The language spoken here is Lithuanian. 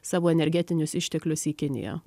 savo energetinius išteklius į kiniją